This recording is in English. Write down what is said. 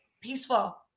peaceful